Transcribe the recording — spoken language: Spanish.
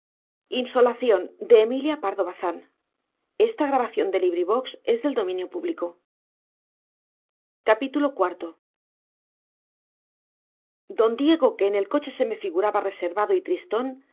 aquellos cafres don diego que en el coche se me figuraba reservado y tristón